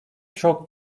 çok